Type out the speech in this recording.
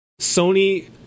Sony